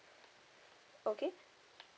okay